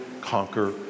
conquer